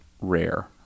rare